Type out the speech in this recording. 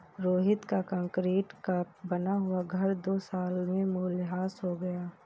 रोहित का कंक्रीट का बना हुआ घर दो साल में मूल्यह्रास हो गया